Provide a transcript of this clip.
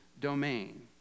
domain